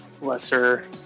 lesser